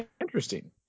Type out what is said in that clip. Interesting